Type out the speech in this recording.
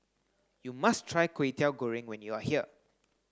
you must try Kway Teow Goreng when you are here